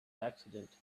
accident